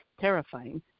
terrifying